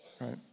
Right